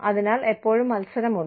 അതിനാൽ എപ്പോഴും മത്സരമുണ്ട്